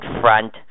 front